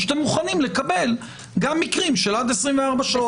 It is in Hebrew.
שאתם מוכנים לקבל גם מקרים של עד 24 שעות.